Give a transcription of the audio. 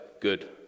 Good